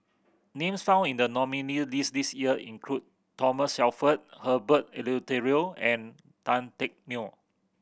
names found in the nominees' list this year include Thomas Shelford Herbert Eleuterio and Tan Teck Neo